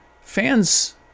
fans